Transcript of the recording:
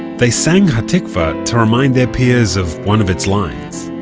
they sang ha'tikvah to remind their peers of one of its lines,